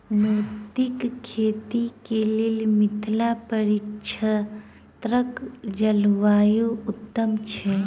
मोतीक खेती केँ लेल मिथिला परिक्षेत्रक जलवायु उत्तम छै?